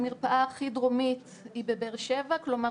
המרפאה הכי דרומית היא בבאר שבע - כלומר,